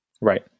Right